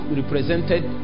represented